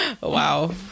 wow